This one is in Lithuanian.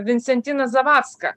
vincentina zavadska